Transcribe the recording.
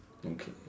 okay